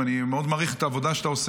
אני מעריך מאוד את העבודה שאתה עושה.